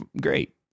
great